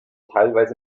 teilweise